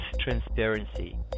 Transparency